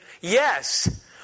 Yes